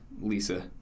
Lisa